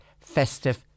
festive